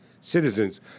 citizens